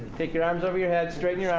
take your arms over your head. straighten yeah